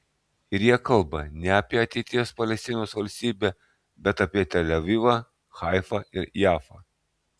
ir jie kalba ne apie ateities palestinos valstybę bet apie tel avivą haifą ir jafą